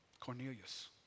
Cornelius